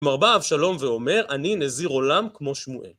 כלומר, בא אבשלום ואומר, אני נזיר עולם כמו שמואל.